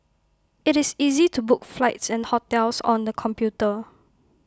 IT is easy to book flights and hotels on the computer